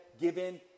given